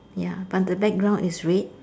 ya but the background is red